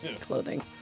clothing